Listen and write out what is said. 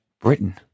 Britain